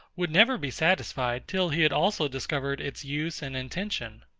would never be satisfied till he had also discovered its use and intention.